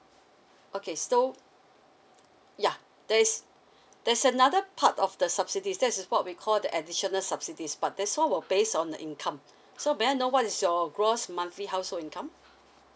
okay so ya there's there's another part of the subsidies this is what we call the additional subsidies but this [one] will base on the income so may I know what is your gross monthly household income